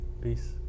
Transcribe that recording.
Peace